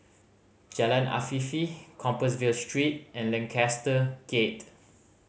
Jalan Afifi Compassvale Street and Lancaster Gate